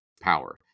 power